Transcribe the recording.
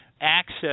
access